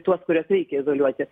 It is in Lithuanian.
tuos kuriuos reikia izoliuoti